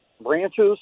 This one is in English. branches